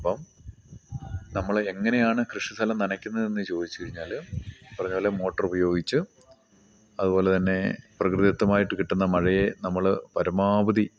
അപ്പം നമ്മൾ എങ്ങനെയാണ് കൃഷി സ്ഥലം നനയ്ക്കുന്നതെന്നു ചോദിച്ചു കഴിഞ്ഞാൽ പറഞ്ഞതു പോലെ മോട്ടർ ഉപയോഗിച്ച് അതു പോലെ തന്നേ പ്രകൃതിദത്തമായിട്ട് കിട്ടുന്ന മഴയെ നമ്മൾ പരമാവധി